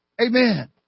Amen